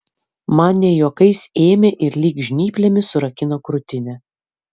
man ne juokais ėmė ir lyg žnyplėmis surakino krūtinę